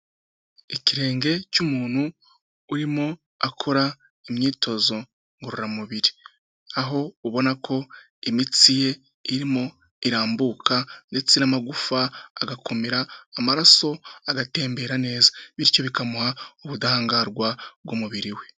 Ikirenge cy'umuntu urimo akora imyitozo ngororamubiri, aho ubona ko imitsi ye irimo irambuka ndetse n'amagufa agakomera, amaraso agatembera neza bityo bikamuha ubudahangarwa bw'umubiri we.